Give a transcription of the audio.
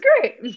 great